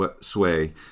sway